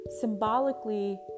symbolically